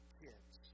kids